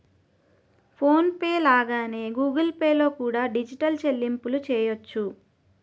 phone pay లాగానే Google Pay లో కూడా డిజిటల్ చెల్లింపులు చెయ్యొచ్చు